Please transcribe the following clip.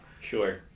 Sure